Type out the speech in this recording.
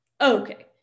Okay